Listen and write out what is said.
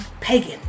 Pagan